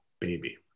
Baby